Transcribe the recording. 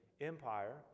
Empire